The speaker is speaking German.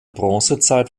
bronzezeit